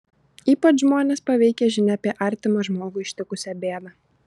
ypač žmones paveikia žinia apie artimą žmogų ištikusią bėdą